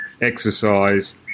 exercise